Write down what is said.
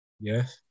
Yes